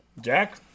Jack